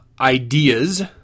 ideas